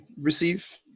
receive